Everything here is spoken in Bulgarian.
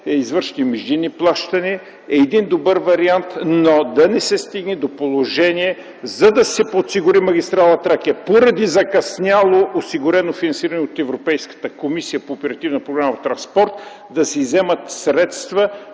извършат междинни плащания, е добър вариант, но да не се стигне до положение, че за да се осигури магистрала „Тракия”, поради закъсняло осигурено финансиране от Европейската комисия по Оперативна програма „Транспорт”, да се изземат средства,